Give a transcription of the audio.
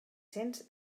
cents